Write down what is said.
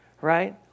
right